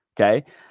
Okay